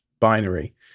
binary